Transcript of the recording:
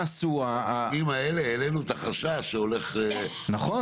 בימים האלה העלינו את החשש שהולך --- נכון,